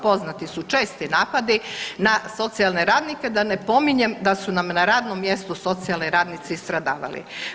Poznati su česti napadi na socijalne radnike, da ne pominjem da su nam na radnom mjestu socijalni radnici stradavali.